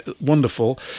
Wonderful